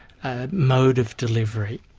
a mode of delivery.